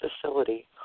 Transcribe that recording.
facility